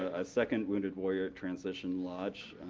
a second wounded warrior transition lodge,